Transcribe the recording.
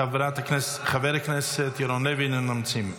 חבר הכנסת ירון לוי, אינם נמצאים.